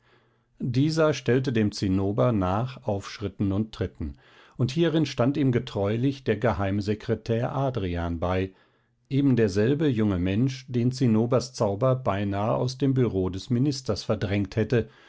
dieser stellte dem zinnober nach auf schritten und tritten und hierin stand ihm getreulich der geheime sekretär adrian bei ebenderselbe junge mensch den zinnobers zauber beinahe aus dem bureau des ministers verdrängt hätte